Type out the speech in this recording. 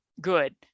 Good